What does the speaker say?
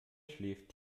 schläft